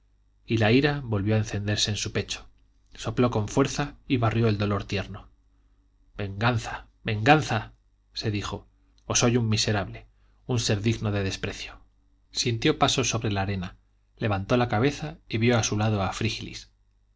y la ira volvió a encenderse en su pecho sopló con fuerza y barrió el dolor tierno venganza venganza se dijo o soy un miserable un ser digno de desprecio sintió pasos sobre la arena levantó la cabeza y vio a su lado a frígilis